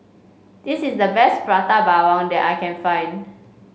this is the best Prata Bawang that I can find